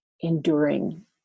enduring